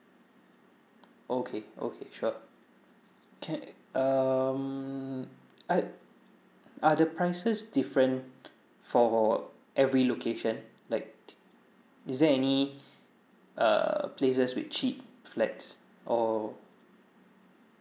okay okay sure can um I are the prices different for every location like is there any err places with cheap flats or